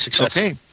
Okay